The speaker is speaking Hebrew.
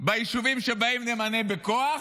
ביישובים שבהם נמנה בכוח,